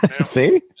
See